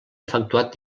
efectuat